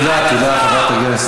תודה, תודה, חברת הכנסת.